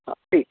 ہاں ٹھیک ہے